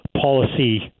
policy